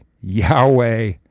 Yahweh